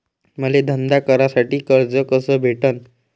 मले धंदा करासाठी कर्ज कस भेटन?